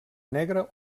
negra